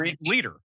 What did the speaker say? leader